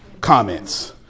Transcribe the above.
comments